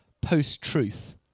post-truth